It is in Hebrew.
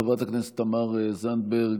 חברת הכנסת תמר זנדברג,